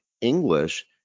English